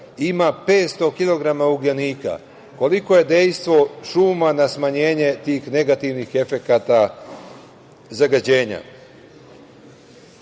ima 500 kilograma ugljenika, koliko je dejstvo šuma na smanjenje tih negativnih efekata zagađenja? Reći